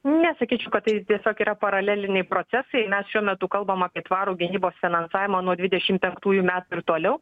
ne sakyčiau kad tai tiesiog yra paraleliniai procesai mes šiuo metu kalbam apie tvarų gynybos finansavimą nuo dvidešim penktųjų metų ir toliau